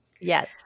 Yes